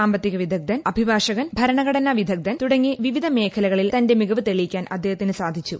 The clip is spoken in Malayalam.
സാമ്പത്തിക വിദഗ്ധൻ അഭ്ടിഭ്ടാഷ്കൻ ഭരണഘടനാവിദഗ്ധൻ തുടങ്ങി വിവിധ മേഖലകളിൽ ്തന്റെ മികവു തെളിയിക്കാൻ അദ്ദേഹത്തിനു സാധിച്ചു